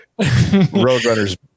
Roadrunners